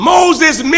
Moses